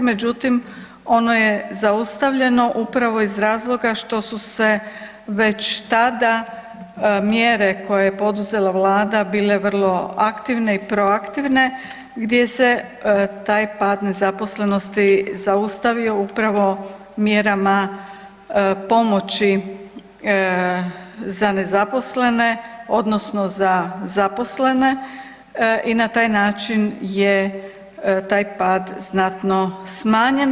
Međutim, ono je zaustavljeno upravo iz razloga što su se već tada mjere koje je poduzela Vlada bile vrlo aktivne i proaktivne, gdje se taj pad nezaposlenosti zaustavio upravo mjerama pomoći za nezaposlene, odnosno zaposlene i na taj način je taj pad znatno smanjen.